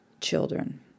children